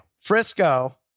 Frisco